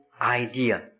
idea